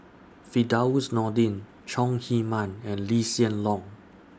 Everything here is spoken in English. Firdaus Nordin Chong Heman and Lee Hsien Loong